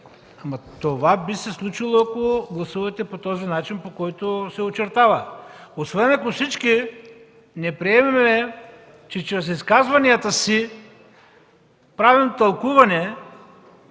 Това би се случило, ако гласувате по този начин, по който се очертава. Освен ако всички не приемем, че чрез изказванията си правим тълкуване